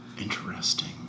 Interesting